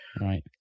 Right